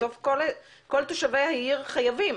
כל תושבי העיר חייבים.